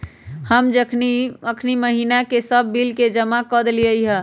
हम अखनी महिना के सभ बिल के जमा कऽ देलियइ ह